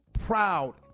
proud